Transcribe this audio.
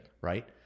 Right